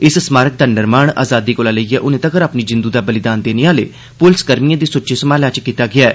इस स्मारक दा निर्माण आजादी कोला लेइयै हूनै तगर अपनी जिंदू दा बलिदान देने आहले पुलस कर्मिए दी सुच्ची सम्हाला च कीता गेआ ऐ